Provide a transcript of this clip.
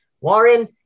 Warren